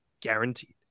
guaranteed